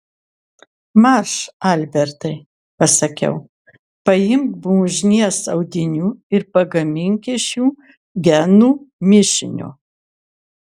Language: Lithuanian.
marš albertai pasakiau paimk blužnies audinių ir pagamink iš jų genų mišinio